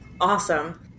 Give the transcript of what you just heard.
awesome